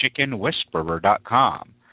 chickenwhisperer.com